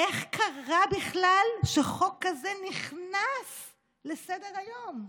איך קרה בכלל שחוק כזה נכנס לסדר-היום?